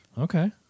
Okay